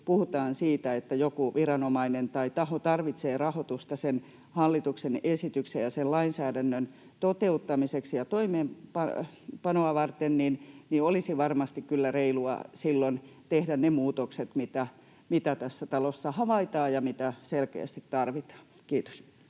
puhutaan siitä, että joku viranomainen tai taho tarvitsee rahoitusta hallituksen esityksen ja sen lainsäädännön toteuttamiseksi ja toimenpanoa varten, niin olisi varmasti kyllä reilua silloin tehdä ne muutokset, mitä tässä talossa havaitaan ja mitä selkeästi tarvitaan. — Kiitos.